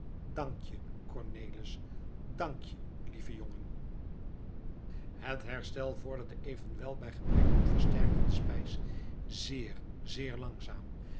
dank je cornelis dank je lieve jongen het herstel vorderde evenwel bij gebrek aan versterkende spijs zeer zeer langzaam